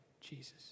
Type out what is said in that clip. Jesus